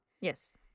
Yes